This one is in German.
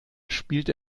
spielt